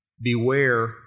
beware